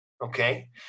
Okay